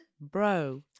bro